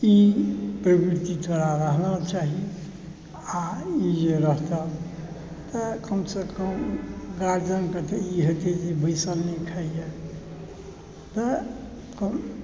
ई प्रवृति तोरा रहना चाही आओर ई जे रहतऽ तऽ कमसँ कम गारजन के तऽ ई हेतै जे बैसल नहि खाइए तऽ